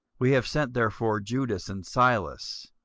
we have sent therefore judas and silas,